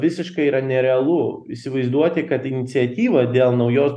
visiškai yra nerealu įsivaizduoti kad iniciatyva dėl naujos